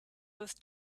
with